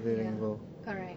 ya correct